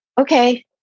okay